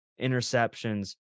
interceptions